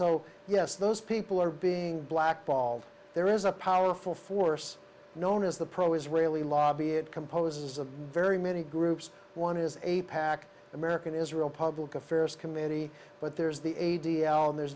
so yes those people are being blackballed there is a powerful force known as the pro israeli lobby it composes a very many groups one is a pac american israel public affairs committee but there's the a d l and there's